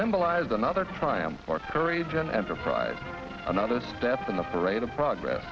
symbolized another triumph for courage an enterprise another step in the parade of progress